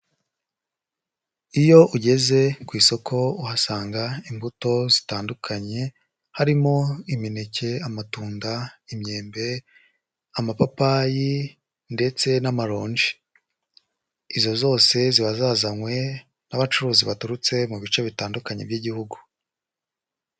Iyo ugeze ku isoko uhasanga imbuto zitandukanye harimo imineke, amatunda, imyembe, amapapayi ndetse n'amaronji. Izo zose ziba zazanywe n'abacuruzi baturutse mu bice bitandukanye by'igihugu.